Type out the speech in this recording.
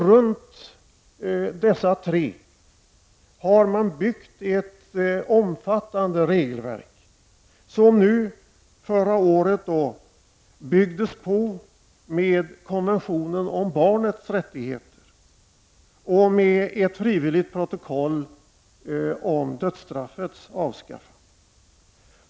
Runt dessa tre har man byggt ett omfattande regelverk som förra året byggdes på med konventionen om barnets rättigheter och med ett frivilligt protokoll om dödsstraffets avskaffande.